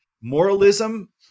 moralism